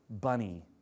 bunny